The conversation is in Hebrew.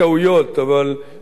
אבל אני משתדל,